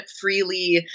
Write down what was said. freely